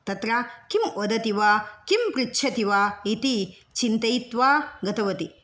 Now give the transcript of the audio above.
तत्र किं वदति वा किं पृच्छति वा इति चिन्तयित्वा गतवती